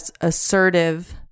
assertive